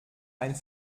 ein